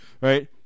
Right